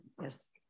Yes